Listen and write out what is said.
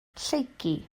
lleucu